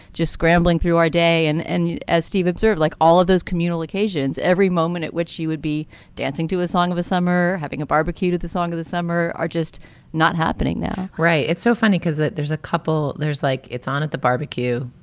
just scrambling through our day. and and as as steve observed, like all of those communal occasions, every moment at which you would be dancing to a song of the summer, having a barbecue to the song of the summer are just not happening now right. it's so funny because there's a couple there's like it's on at the barbecue.